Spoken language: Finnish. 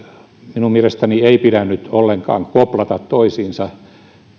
minun mielestäni ei pidä nyt ollenkaan koplata toisiinsa